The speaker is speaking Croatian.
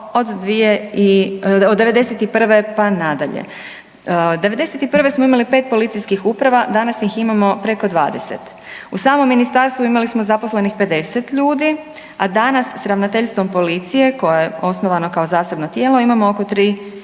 od 91. pa nadalje. 91. smo imali 5 policijskih uprava. Danas ih imamo preko 20. U samom Ministarstvu imali smo zaposlenih 50 ljudi, a danas s Ravnateljstvom policije koje je osnovano kao zasebno tijelo imamo oko 3 i